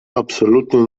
absolutnie